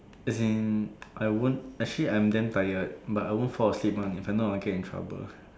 as in I won't actually I'm damn tired but I won't fall asleep one if not I will get in trouble